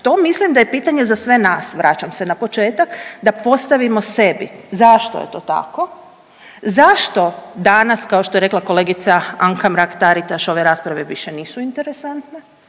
To mislim da je pitanje za sve nas, vraćam se na početak, da postavimo sebi zašto je to tako, zašto danas, kao što je rekla kolegica Anka Mrak-Taritaš, ove rasprave više nisu interesantne,